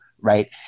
right